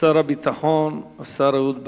שר הביטחון, השר אהוד ברק.